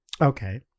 Okay